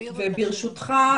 וברשותך,